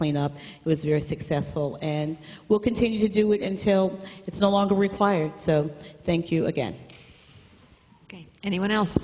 cleanup was very successful and will continue to do it until it's no longer required so thank you again anyone else